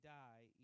die